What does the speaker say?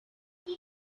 die